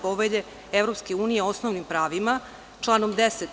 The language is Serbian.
Povelje EU o osnovnim pravima, članom 10.